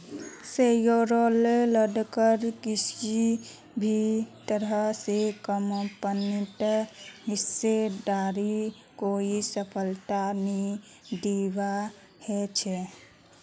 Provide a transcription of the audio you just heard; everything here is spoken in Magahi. शेयरहोल्डरक किसी भी तरह स कम्पनीत हिस्सेदारीर कोई सफाई नी दीबा ह छेक